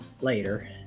later